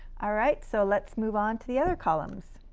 ah right. so let's move on to the other columns.